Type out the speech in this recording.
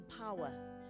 power